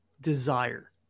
desire